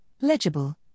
legible